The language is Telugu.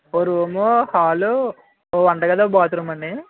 ఒక రూము హాలు ఒక వంటగది ఒక బాత్రూమ్ అండి